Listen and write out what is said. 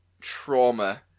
trauma